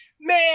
man